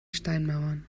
steinmauern